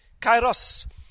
Kairos